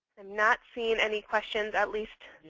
not seeing any questions at least,